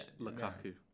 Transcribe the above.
Lukaku